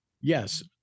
Yes